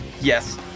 yes